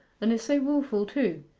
and is so wilful too.